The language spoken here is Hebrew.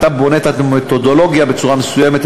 אתה בונה את המתודולוגיה בצורה מסוימת,